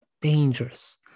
dangerous